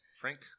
Frank